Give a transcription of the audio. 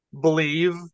believe